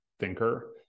thinker